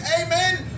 amen